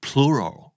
Plural